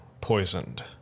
poisoned